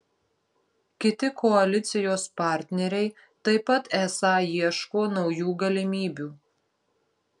kiti koalicijos partneriai taip pat esą ieško naujų galimybių